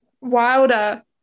wilder